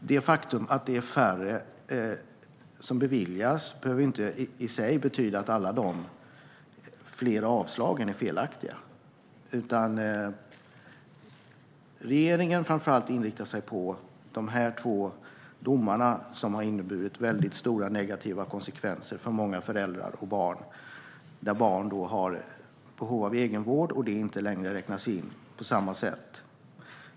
Det faktum att det är färre som beviljas assistans behöver dock inte i sig betyda att alla de ökade avslagen är felaktiga. Regeringen inriktar sig framför allt på de två domar som har fått stora negativa konsekvenser för många föräldrar och barn. Det gäller barn som har behov av egenvård, och detta räknas inte längre in på samma sätt.